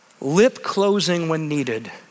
lip-closing-when-needed